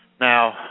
Now